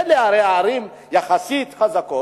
אלה הרי ערים יחסית חזקות,